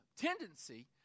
tendency